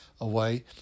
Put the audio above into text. away